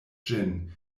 ĝin